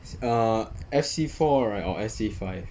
err F_C four right or F_C five